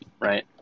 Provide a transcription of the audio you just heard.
right